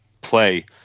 play